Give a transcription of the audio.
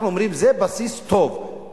אנחנו אומרים: זה בסיס טוב להידברות,